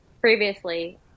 previously